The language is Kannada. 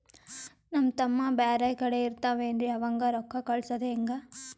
ನಮ್ ತಮ್ಮ ಬ್ಯಾರೆ ಕಡೆ ಇರತಾವೇನ್ರಿ ಅವಂಗ ರೋಕ್ಕ ಕಳಸದ ಹೆಂಗ?